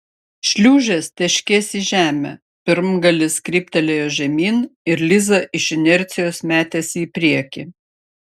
šliūžės teškės į žemę pirmgalis kryptelėjo žemyn ir liza iš inercijos metėsi į priekį